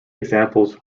examples